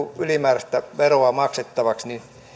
ylimääräistä veroa maksettavaksi